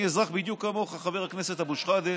אני אזרח בדיוק כמוך, חבר הכנסת אבו שחאדה,